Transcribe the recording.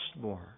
more